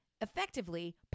effectively